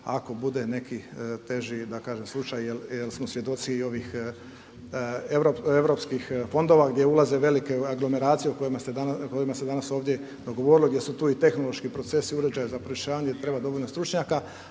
ako bude nekih teži slučaj jel smo svjedoci ovih europskih fondova gdje ulaze velike … o kojima ste danas ovdje govorilo gdje su tu i tehnološki procesi uređaji za … treba dovoljno stručnjaka,